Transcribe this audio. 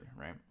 right